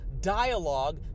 dialogue